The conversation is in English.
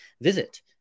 visit